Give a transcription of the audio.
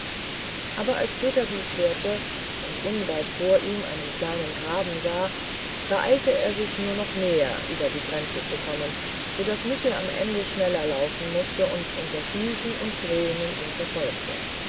aber als peter dies hörte und unweit vor ihm einen kleinen graben sah beeilte er sich nur noch mehr über die grenze zu kommen so daß michel am ende schneller laufen mußte und unter flüchen und drohungen ihn verfolgte